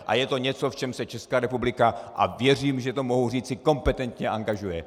A je to něco, v čem se Česká republika a věřím, že to mohu říci kompetentně angažuje.